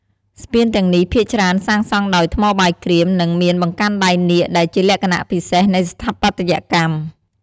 ស្ពានទាំងនេះភាគច្រើនសាងសង់ដោយ ថ្មបាយក្រៀម និងមានបង្កាន់ដៃនាគ ដែលជាលក្ខណៈពិសេសនៃស្ថាបត្យកម្ម។